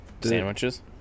Sandwiches